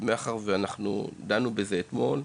מאחר ודנו בזה אתמול,